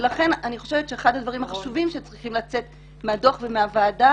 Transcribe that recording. לכן אני חושבת שאחד הדברים החשובים שצריכים לצאת מהדוח ומהוועדה